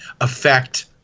affect